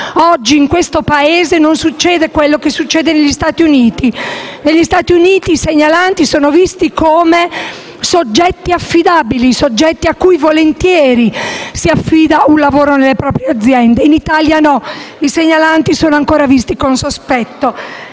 oggi in questo Paese non succede quanto avviene negli Stati Uniti, dove i segnalanti sono considerati soggetti affidabili, a cui volentieri si affida un lavoro nelle proprie aziende. In Italia no: i segnalanti sono ancora visti con sospetto.